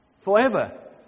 Forever